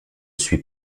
suis